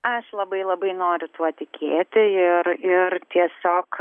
aš labai labai nori tuo tikėti ir ir tiesiog